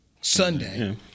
Sunday